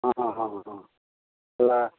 ହଁ ହଁ ହଁଁ ହଁ ହେଲା